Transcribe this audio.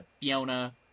Fiona